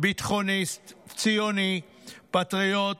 ביטחוניסט, ציוני, פטריוט,